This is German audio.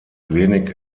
wenig